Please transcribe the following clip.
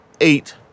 eight